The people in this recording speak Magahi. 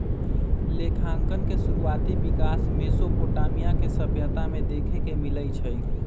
लेखांकन के शुरुआति विकास मेसोपोटामिया के सभ्यता में देखे के मिलइ छइ